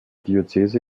diözese